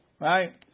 right